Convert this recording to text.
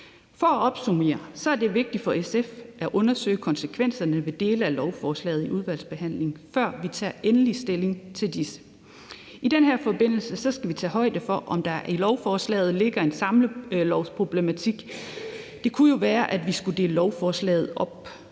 at det er vigtigt for SF at undersøge konsekvenserne af dele af lovforslaget i udvalgsbehandlingen, før vi tager endelig stilling til disse. I den forbindelse skal vi tage højde for, om der i lovforslaget ligger en samlelovsproblematik. Det kunne jo være, at vi skulle dele lovforslaget op.